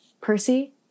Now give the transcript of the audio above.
Percy